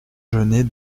genest